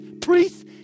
priests